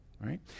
Right